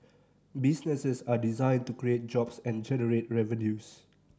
businesses are designed to create jobs and generate revenues